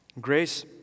Grace